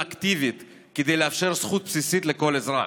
אקטיבית כדי לאפשר זכות בסיסית של כל אזרח?